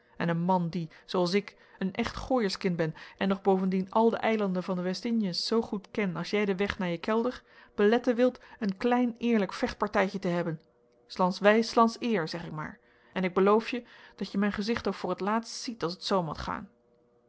en een man die zoo als ik een echt gooierskind ben en nog bovendien al de eilanden van de westinjes zoo goed ken as jij den weg naar je kelder beletten wilt een klein eerlijk vechtpartijtje te hebben s lands wijs s lands eer zeg ik maar en ik beloof je dat je mijn gezicht ook voor t laatst ziet as het zoo mot gaan